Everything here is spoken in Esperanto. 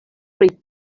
pri